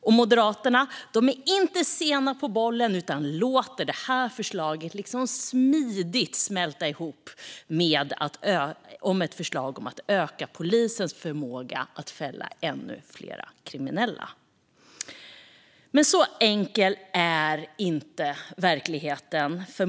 Och Moderaterna är inte sena på bollen utan låter det här förslaget smidigt smälta ihop med ett förslag om att öka polisens förmåga att fälla ännu fler kriminella. Men så enkel är inte verkligheten.